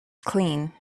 clean